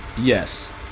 yes